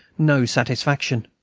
no satisfaction.